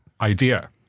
idea